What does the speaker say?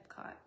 Epcot